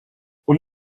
und